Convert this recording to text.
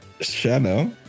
Shadow